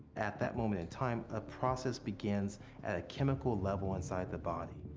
at that moment in time, a process begins at a chemical level inside the body.